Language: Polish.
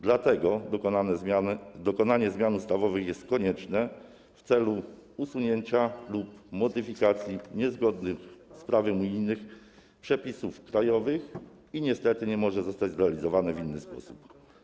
Dlatego dokonanie zmian ustawowych jest konieczne w celu usunięcia lub modyfikacji niezgodnych z prawem unijnym przepisów krajowych i niestety nie może zostać zrealizowane w inny sposób.